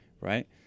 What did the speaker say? right